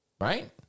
Right